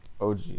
og